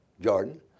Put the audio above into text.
Jordan